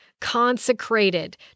consecrated